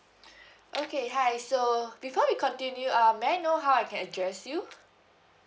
okay hi so before we continue ah may I know how I can address you